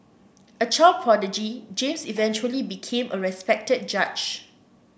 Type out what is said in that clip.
a child prodigy James eventually became a respected judge